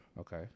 Okay